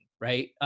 right